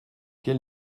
quel